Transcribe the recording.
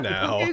now